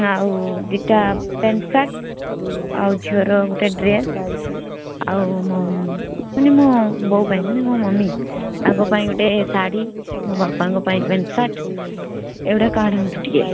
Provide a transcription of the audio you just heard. ଆଉ ଦୁଇଟା pant shirt ଆଉ ଝିଅର ଗୋଟେ ଡ୍ରେସ୍ ଆଉ ମୋ ମାନେ ମୋ ବୋଉପାଇଁ ମାନେ ମୋ ମମି ତାଙ୍କପାଇଁ ଗୋଟେ ଶାଢ଼ୀ ବାପାଙ୍କପାଇଁ ପ୍ୟାଣ୍ଟ ସାର୍ଟ ଏଗୁଡ଼ା କାଢ଼ନ୍ତୁ ଟିକିଏ